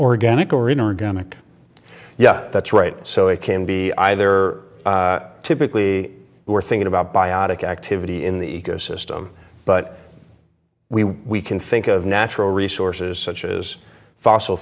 organic or inorganic yeah that's right so it can be either typically we're thinking about biopic activity in the ecosystem but we we can think of natural resources such as fossil